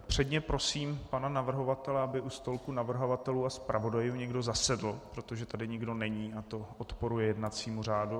Předně prosím pana navrhovatele, aby u stolku navrhovatelů a zpravodajů někdo zasedl, protože tady nikdo není a to odporuje jednacímu řádu.